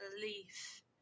belief